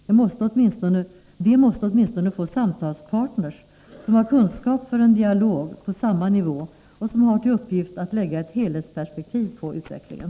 De måste åtminstone få samtalspartner som har kunskap för en dialog på samma nivå och som har till uppgift att lägga ett helhetsperspektiv på utvecklingen.